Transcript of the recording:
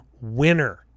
winner